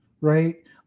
right